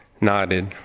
nodded